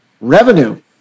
revenue